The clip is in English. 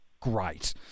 great